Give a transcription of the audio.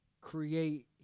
create